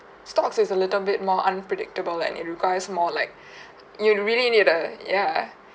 stocks is a little bit more unpredictable and it requires more like you'd really need a ya